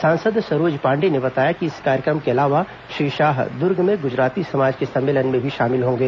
सांसद सरोज पांडेय ने बताया कि इस कार्यक्रम के अलावा श्री शाह दुर्ग में गुजराती समाज के सम्मलेन में भी शामिल होंगे